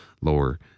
lower